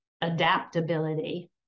Adaptability